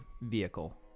vehicle